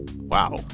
Wow